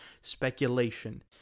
speculation